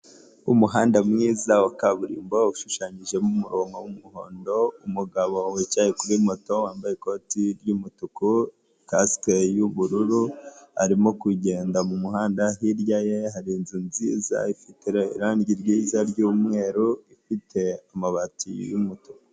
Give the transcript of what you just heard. Umuhanda mwiza wa kaburimbo ushushanyije umurongo w'umuhondo, umugabo wicaye kuri moto, wambaye ikoti ry'umutuku, kasike y'ubururu arimo kugenda mu muhanda, hirya ye hari inzu nziza ifite irangi ryiza ry'umweru, ifite amabati y'umutuku.